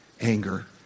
anger